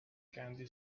candy